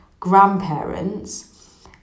grandparents